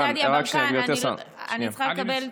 חבר הכנסת גדי יברקן, אני צריכה לקבל